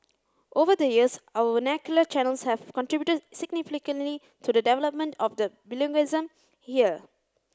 over the years our vernacular channels have contributed significantly to the development of the bilingualism here